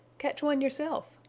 catch one yourself,